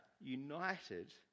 united